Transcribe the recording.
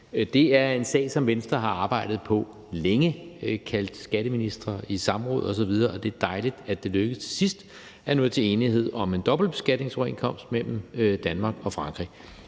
Det er en sag, som Venstre har arbejdet på længe – kaldt skatteministre i samråd osv. – og det er dejligt, at det til sidst lykkedes at nå til enighed om en dobbeltbeskatningsoverenskomst mellem Danmark og Frankrig.